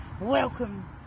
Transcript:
welcome